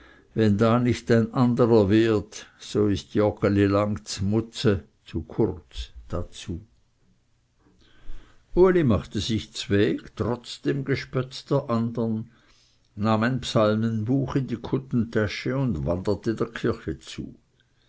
wenn da nicht ein anderer wehrt so ist joggeli lang z'mutze dazu uli machte sich zweg trotz dem gespött der andern nahm ein psalmenbuch in die kuttentäsche und wanderte der kirche zu